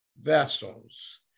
vessels